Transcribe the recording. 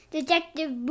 Detective